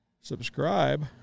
subscribe